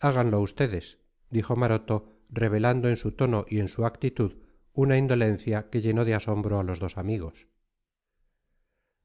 háganlo ustedes dijo maroto revelando en su tono y en su actitud una indolencia que llenó de asombro a los dos amigos